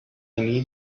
need